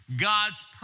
God's